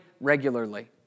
regularly